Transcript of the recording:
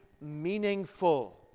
meaningful